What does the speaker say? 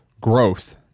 growth